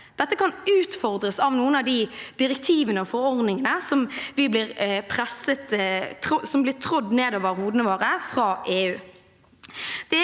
Dette kan utfordres av noen av de direktivene og forordningene som blir tredd nedover hodene våre fra EU.